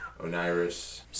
Oniris